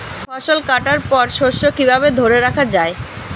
ফসল কাটার পর শস্য কিভাবে ধরে রাখা য়ায়?